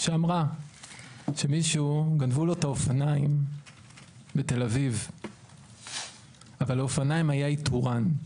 שאמרה שלמישהו גנבו את האופניים בתל-אביב אבל לאופניים היה "איתוראן".